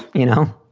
you know,